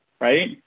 right